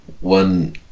one